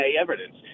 evidence